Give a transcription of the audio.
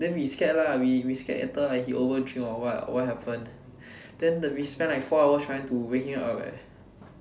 then we scared lah we we scared later he over drink or what or what happen then we spend like four hours trying to wake him up leh